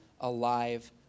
alive